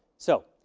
so,